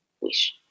wish